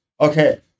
okay